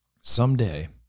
someday